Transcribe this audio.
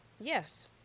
Yes